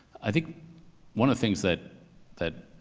i think one of the things that that,